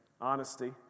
Honesty